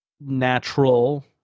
natural